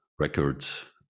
records